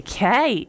Okay